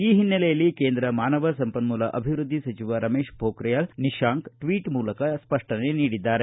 ಈ ಹಿನ್ನೆಲೆಯಲ್ಲಿ ಕೇಂದ್ರ ಮಾನವ ಸಂಪನ್ನೂಲ ಅಭಿವೃದ್ದಿ ಸಚಿವ ರಮೇಶ್ ಪೋಖ್ರಿಯಲ್ ನಿಶಾಂಕ್ ಟ್ವೀಟ್ ಮೂಲಕ ಸ್ಪಷ್ಟನೆ ನೀಡಿದ್ದಾರೆ